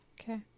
Okay